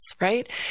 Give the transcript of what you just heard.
right